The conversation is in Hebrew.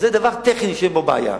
זה דבר טכני שאין בו בעיה.